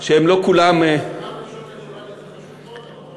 שהם לא כולם, אדוני השר, סמל ראשון